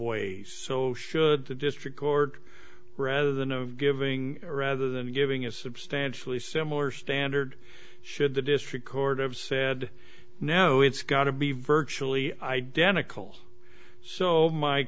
voice so should the district court rather than of giving rather than giving a substantially similar standard should the district court of said no it's got to be virtually identical so my